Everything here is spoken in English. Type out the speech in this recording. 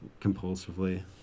compulsively